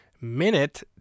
minute